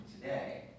today